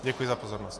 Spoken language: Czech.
Děkuji za pozornost.